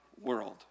world